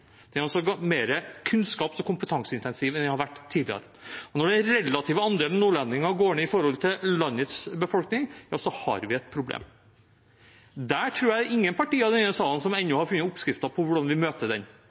Det er altså mer kunnskaps- og kompetanseintensivt enn det har vært tidligere. Når den relative andelen nordlendinger går ned i forhold til landets befolkning, har vi et problem. Jeg tror ingen partier i denne salen ennå har funnet oppskriften på hvordan vi møter